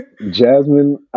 Jasmine